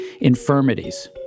infirmities